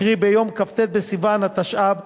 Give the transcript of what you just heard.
קרי ביום כ"ט בסיוון התשע"ב,